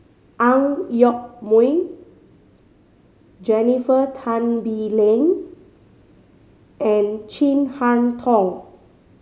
Ang Yoke Mooi Jennifer Tan Bee Leng and Chin Harn Tong